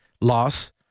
Loss